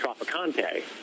Tropicante